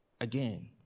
again